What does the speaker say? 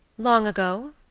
long ago?